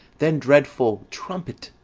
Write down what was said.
then, dreadful trumpet,